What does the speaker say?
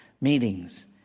meetings